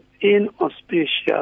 inauspicious